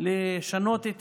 לשנות את